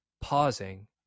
pausing